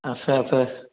আছে আছে